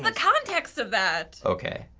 but context of that! okay,